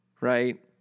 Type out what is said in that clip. right